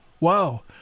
Wow